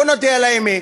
בואו נודה על האמת.